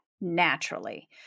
naturally